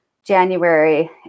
January